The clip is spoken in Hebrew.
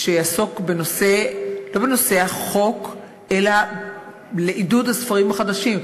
שיעסוק בנושא לא בנושא החוק אלא בעידוד הספרים החדשים.